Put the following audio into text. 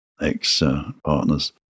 ex-partners